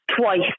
twice